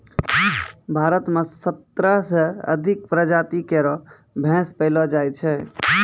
भारत म सत्रह सें अधिक प्रजाति केरो भैंस पैलो जाय छै